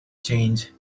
change